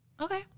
Okay